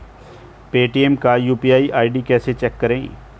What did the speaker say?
Paytm पर UPI ID कैसे check करें?